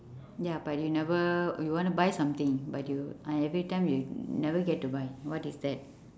ya but you never you want to buy something but you every time never get to buy what is that